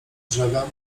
drzewem